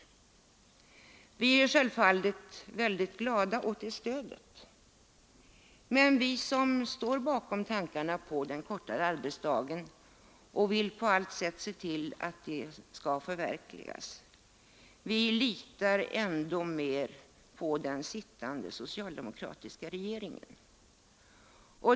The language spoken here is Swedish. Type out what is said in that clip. Vi är självfallet väldigt glada åt det stödet, men vi som står bakom tankegångarna på den korta arbetsdagen och på allt sätt vill se till att den skall förverkligas litar ändå mer på den sittande socialdemokratiska regeringen.